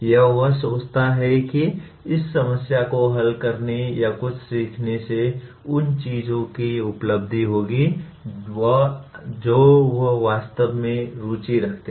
या वह सोचता है कि इस समस्या को हल करने या कुछ सीखने से उन चीजों की उपलब्धि होगी जो वह वास्तव में रुचि रखते हैं